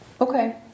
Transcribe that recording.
Okay